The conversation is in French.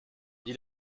dit